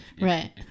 Right